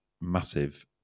massive